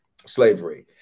slavery